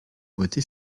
beauté